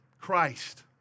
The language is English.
Christ